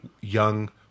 young